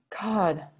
God